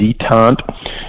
detente